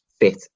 fit